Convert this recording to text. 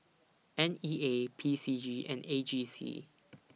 N E A P C G and A G C